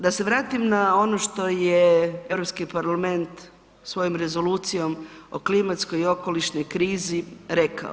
Da se vratim na ono što je Europski parlament svojom rezolucijom o klimatskoj i okolišnoj krizi rekao.